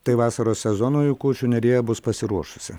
tai vasaros sezonui kuršių nerija bus pasiruošusi